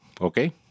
Okay